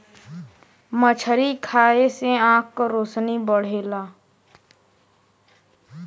मछरी खाये से आँख के रोशनी बढ़ला